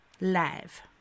Live